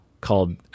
called